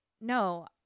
No